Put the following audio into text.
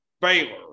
Baylor